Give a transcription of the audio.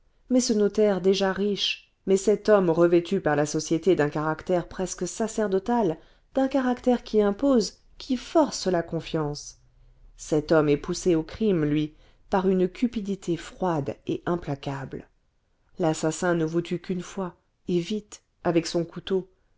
mais ce notaire déjà riche mais cet homme revêtu par la société d'un caractère presque sacerdotal d'un caractère qui impose qui force la confiance cet homme est poussé au crime lui par une cupidité froide et implacable l'assassin ne vous tue qu'une fois et vite avec son couteau